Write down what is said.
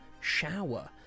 shower